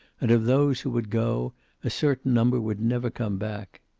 and of those who would go a certain number would never come back.